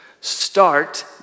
start